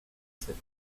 sept